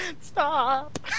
Stop